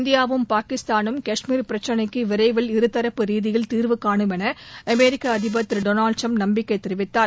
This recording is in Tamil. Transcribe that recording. இந்தியாவும் பாகிஸ்தானும் காஷ்மீர் பிரச்சனைக்கு விரைவில் இருதரப்பு ரீதியில் தீாவுகாணும் என அமெரிக்க அதிபர் திரு டொனால்டு டிரம்ப் நம்பிக்கை தெரிவித்தார்